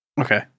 Okay